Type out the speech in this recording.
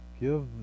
give